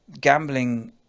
gambling